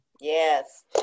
Yes